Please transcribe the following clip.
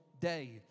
day